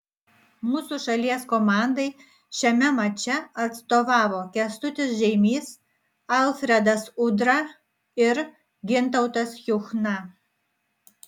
mūsų šalies komandai šiame mače atstovavo kęstutis žeimys alfredas udra ir gintautas juchna